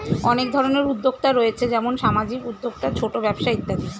অনেক ধরনের উদ্যোক্তা রয়েছে যেমন সামাজিক উদ্যোক্তা, ছোট ব্যবসা ইত্যাদি